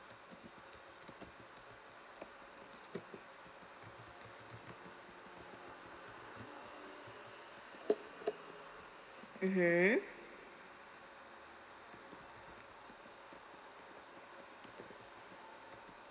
mmhmm